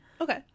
Okay